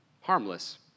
harmless